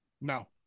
No